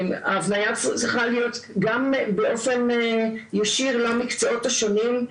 ההבניה הזו צריכה להיות גם באופן ישיר למקצועות הלימוד השונים,